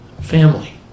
family